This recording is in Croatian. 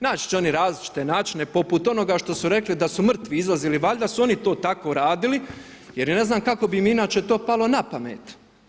Naći će oni različite načine poput onog što su rekli da su mrtvi izlazili, valjda su oni to tako radili, jer ne znam kako bi im inače to palo na pamet.